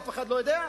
אף אחד לא יודע.